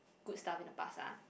good stuff in the past ah